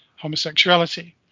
homosexuality